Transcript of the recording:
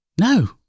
No